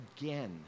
again